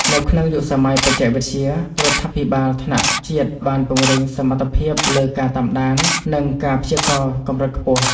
នៅក្នុងយុគសម័យបច្ចេកវិទ្យា រដ្ឋាភិបាលថ្នាក់ជាតិបានពង្រឹងសមត្ថភាពលើការតាមដាន និងការព្យាករណ៍កម្រិតខ្ពស់។